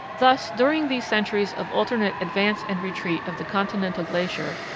thus during these centuries of alternate advance and retreat of the continental glacier,